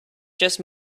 just